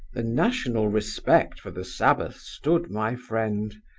the national respect for the sabbath stood my friend.